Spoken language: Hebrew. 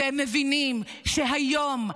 והם מבינים שהיום,